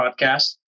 podcast